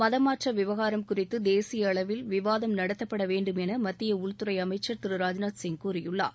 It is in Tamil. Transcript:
மதமாற்ற விவகாரம் குறித்து தேசிய அளவில் விவாதம் நடத்தப்பட வேண்டும் என மத்திய திரு ராஜ்நாத் சிங் கூறியுள்ளார்